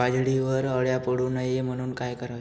बाजरीवर अळ्या पडू नये म्हणून काय करावे?